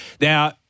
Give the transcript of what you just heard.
Now